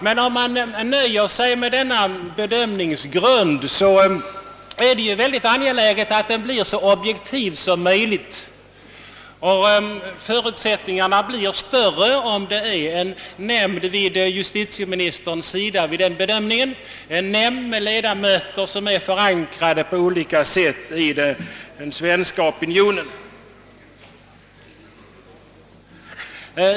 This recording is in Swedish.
Men om man nöjer sig med en sådan bedömningsgrund är det mycket angeläget att den göres så objektiv som möjligt, och förutsättningarna härför blir större om det vid justitieministerns sida finns en nämnd med ledamöter förankrade på olika sätt i den svenska opinionen.